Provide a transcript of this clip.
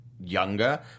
younger